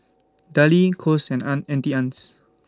Darlie Kose and Auntie Anne's